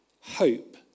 hope